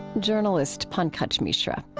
journalist pankaj mishra.